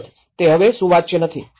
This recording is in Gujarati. અલબત્ત તે હવે સુવાચ્ય નથી